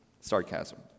Sarcasm